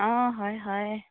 অ হয় হয়